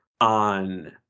on